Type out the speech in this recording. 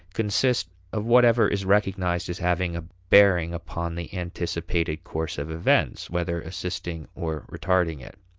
consist of whatever is recognized as having a bearing upon the anticipated course of events, whether assisting or retarding it.